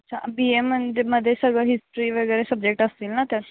अच्छा B A मंद मध्ये सगळं हिस्ट्री वगैरे सब्जेक्ट असतील ना त्या